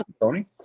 Tony